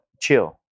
Chill